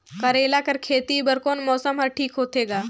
करेला कर खेती बर कोन मौसम हर ठीक होथे ग?